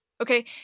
okay